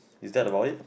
is that about it